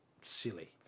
silly